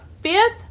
fifth